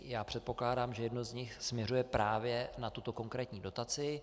Já předpokládám, že jedno z nich směřuje právě na tuto konkrétní dotaci.